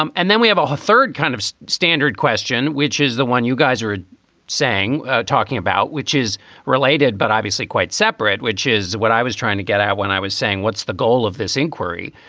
um and then we have a third kind of standard question, which is the one you guys are ah saying talking about, which is related, but obviously quite separate, which is what i was trying to get out when i was saying, what's the goal of this inquiry?